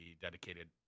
dedicated